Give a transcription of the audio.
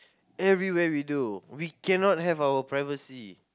everywhere we go we cannot have our privacy